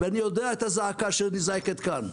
ואני מכיר את הזעקה שנזעקת כאן,